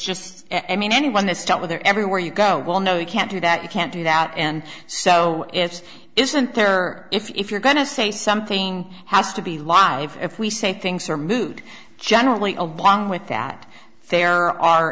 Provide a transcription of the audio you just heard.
just i mean anyone they start with they're everywhere you go well no you can't do that you can't do that and so it's isn't there if you're going to say something has to be live if we say things are moved generally along with that there are